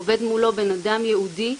עובד מולו בן אדם ייעודי,